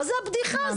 מזה הבדיחה הזאת?